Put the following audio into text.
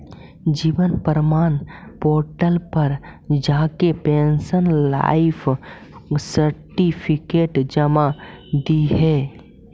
जीवन प्रमाण पोर्टल पर जाके पेंशनर लाइफ सर्टिफिकेट जमा दिहे